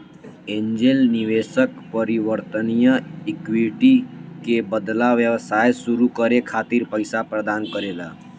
angel निवेशक परिवर्तनीय equity के बदला व्यवसाय सुरू करे खातिर पईसा प्रदान करेला